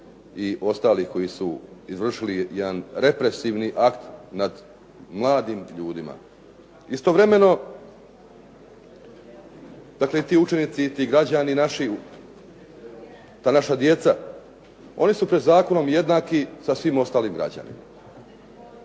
i ostalih koji su izvršili jedan represivni akt nad mladim ljudima. Istovremeno, dakle i ti učenici i ti građani naši, ta naša djeca, oni su pred zakonom jednaki sa svim ostalim građanima.